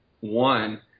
one